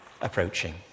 approaching